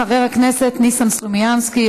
חבר הכנסת ניסן סלומינסקי,